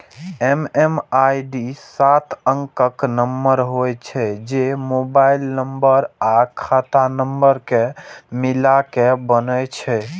MMID सात अंकक number होइ छै, जे मोबाइल नंबर आ खाता नंबर कें मिलाके बनै छै